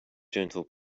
gentle